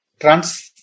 trans